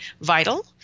vital